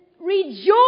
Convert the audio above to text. Rejoice